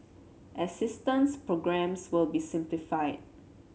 assistance programmes will be simplified